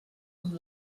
com